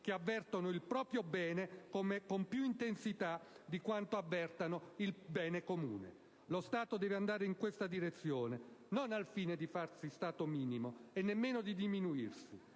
che avvertono il proprio bene con più intensità di quanto avvertano il bene comune. Lo Stato deve andare in questa direzione non al fine di farsi minimo e nemmeno di diminuirsi.